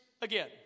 again